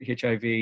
HIV